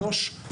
שלוש,